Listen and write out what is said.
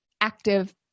active